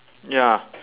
ya